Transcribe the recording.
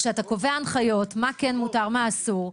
כשאתה קובע הנחיות מה כן מותר, מה אסור.